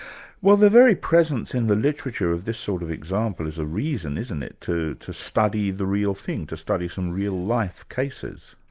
well the very presence in the literature of this sort of example, is a reason, isn't it, to to study the real thing, to study some real life cases.